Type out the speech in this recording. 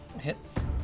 hits